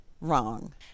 wrong